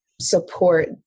support